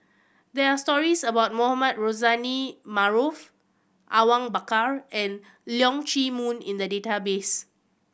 there are stories about Mohamed Rozani Maarof Awang Bakar and Leong Chee Mun in the database